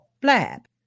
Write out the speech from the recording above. Blab